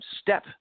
step